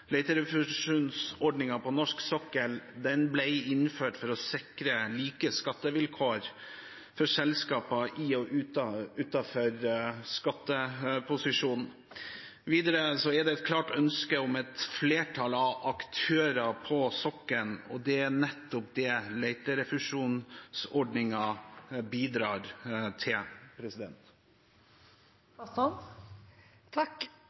på norsk sokkel ble innført for å sikre like skattevilkår for selskaper i og utenfor skatteposisjon. Videre er det et klart ønske om flere aktører på sokkelen, og det er nettopp det leterefusjonsordningen bidrar til.